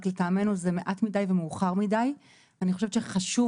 רק לטעמנו זה מעט מדי ומאוחר מדי ואני חושבת שחשוב